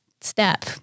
step